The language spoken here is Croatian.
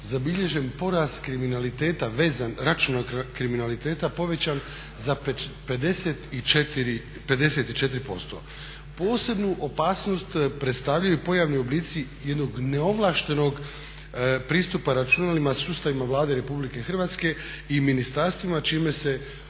zabilježen porast računalnog kriminaliteta povećan za 54%. Posebnu opasnost predstavljaju pojavni oblici jednog neovlaštenog pristupa računalima sustavima Vlade RH i ministarstvima čime se